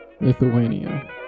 Lithuania